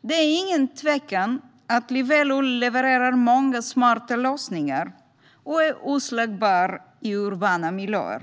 Det är inget tvivel om att Livelo levererar många smarta lösningar och är oslagbar i urbana miljöer.